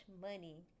money